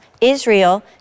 Israel